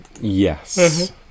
Yes